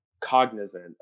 cognizant